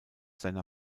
seiner